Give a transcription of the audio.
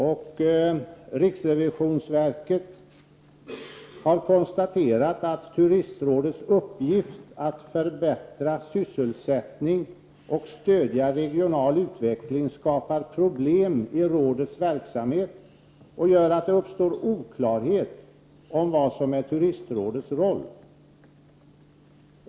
På riksrevisionsverket har man konstaterat att turistrådets uppgift att förbättra sysselsättning och stödja regional utveckling skapar problem i rådets verksamhet och gör att det uppstår oklarhet om vad som är turistrådets roll.